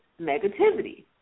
negativity